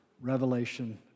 Revelation